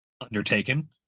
undertaken